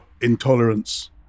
intolerance